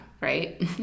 right